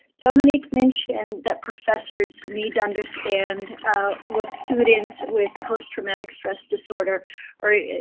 dominique mentioned that professors need to understand what students with post traumatic stress disorder are yeah